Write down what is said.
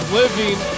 living